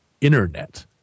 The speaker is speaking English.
internet